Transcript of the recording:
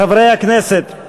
חברי הכנסת,